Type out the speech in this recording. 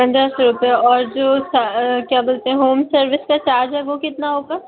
पंद्रह सौ रुपये और जो क्या बोलते है होम सर्विस का चार्ज है वो कितना होगा